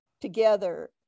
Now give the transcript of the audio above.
together